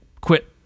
quit